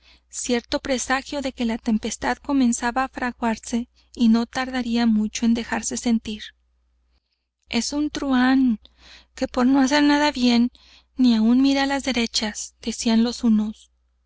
cierto presagio de que la tempestad comenzaba á fraguarse y no tardaría mucho en dejarse sentir es un truhán que por no hacer nada bien ni aun mira á derechas decían los unos